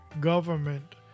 government